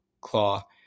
claw